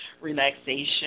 relaxation